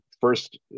first